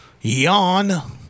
Yawn